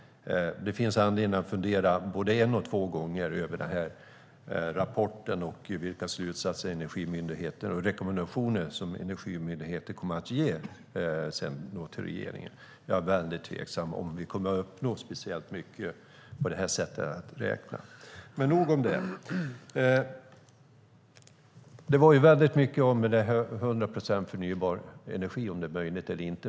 Det finns anledning att fundera både en och två gånger över rapporten, vilka slutsatser Energimyndigheten kommer att dra och vilka rekommendationer de sedan kommer att ge till regeringen. Jag är tveksam till att vi kommer att uppnå speciellt mycket med detta sätt att räkna. Men nog om detta. Det talas mycket om det här med 100 procents förnybar energi och om det är möjligt eller inte.